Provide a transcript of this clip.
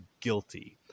guilty